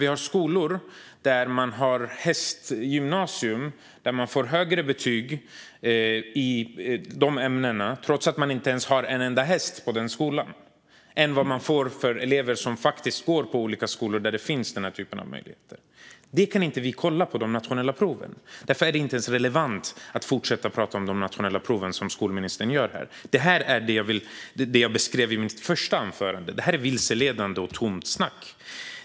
Vad händer när det finns hästgymnasier där man får högre betyg i skolans specifika ämnen trots att det inte finns en enda häst på skolan än vad elever får som faktiskt går på skolor där sådana möjligheter erbjuds? Det här kan vi inte kontrollera genom nationella prov. Det är därför inte relevant att fortsätta prata om de nationella proven som skolministern gör. Det var detta jag beskrev i mitt första anförande. Det här är vilseledande och tomt snack.